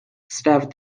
staffed